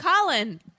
Colin